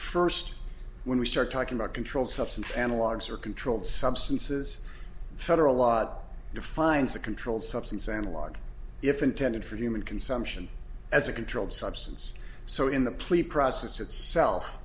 first when we start talking about controlled substance analogs are controlled substances federal law defines a controlled substance analog if intended for human consumption as a controlled substance so in the plea process itself